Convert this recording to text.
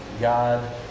God